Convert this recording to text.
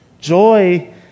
Joy